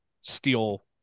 steal